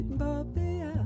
baby